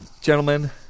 gentlemen